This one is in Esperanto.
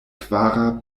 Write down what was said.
kvara